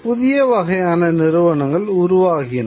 புதிய வகையான நிறுவனங்கள் உருவாகின